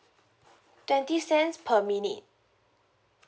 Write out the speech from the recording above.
twenty cents per minute